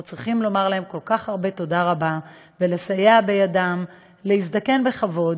אנחנו צריכים לומר להם כל כך הרבה תודה ולסייע בידם להזדקן בכבוד,